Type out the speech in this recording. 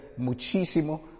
muchísimo